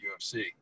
UFC